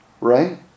right